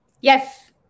Yes